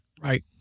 Right